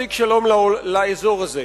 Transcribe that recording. להשיג שלום לאזור הזה.